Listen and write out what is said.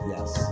Yes